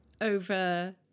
Over